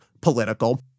political